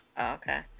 okay